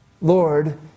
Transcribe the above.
Lord